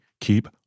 keep